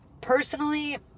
personally